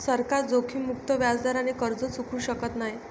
सरकार जोखीममुक्त व्याजदराने कर्ज चुकवू शकत नाही